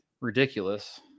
ridiculous